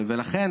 ולכן,